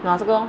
那这个 lor